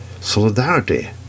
solidarity